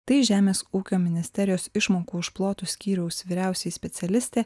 tai žemės ūkio ministerijos išmokų už plotus skyriaus vyriausioji specialistė